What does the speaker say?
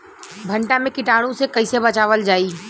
भनटा मे कीटाणु से कईसे बचावल जाई?